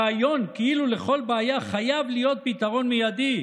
הרעיון כאילו לכל בעיה חייב להיות פתרון מיידי,